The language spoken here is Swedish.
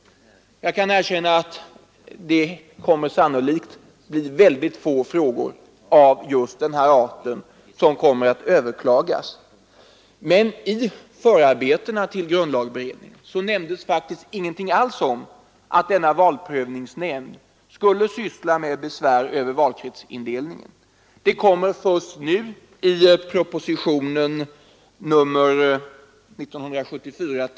Jag kan erkänna att det sannolikt blir väldigt få frågor av denna art som kommer att överklagas, men i förarbetena till grundlagberedningen nämndes ingenting om att valprövningsnämnden skulle syssla med besvär över valkretsindelning. Det kommer först nu i propositionen 35.